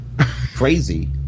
crazy